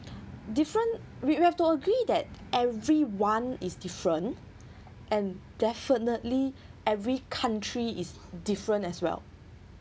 different we we have to agree that everyone is different and definitely every country is different as well